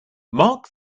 mark